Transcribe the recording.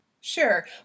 Sure